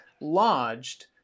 lodged